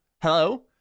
Hello